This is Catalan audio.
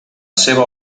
seva